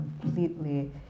completely